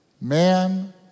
Man